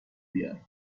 بیار